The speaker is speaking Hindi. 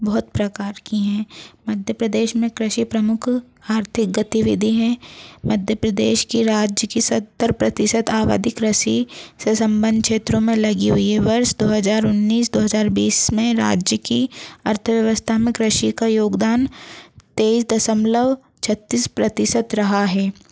बहुत प्रकार की हैं मध्य प्रदेश में कृषि प्रमुख आर्थिक गतिविधि है मध्य प्रदेश की राज्य की सत्तर प्रतिशत आबादी कृषि से सम्बंध क्षेत्रों में राज्य की अर्थव्यवस्था में कृषि का योगदान तेइस दशमलव छतीस प्रतिशत रहा है